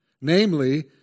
namely